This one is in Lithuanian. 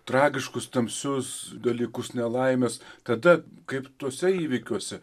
tragiškus tamsius dalykus nelaimes tada kaip tuose įvykiuose